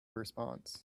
response